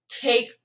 take